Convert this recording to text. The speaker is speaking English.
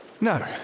No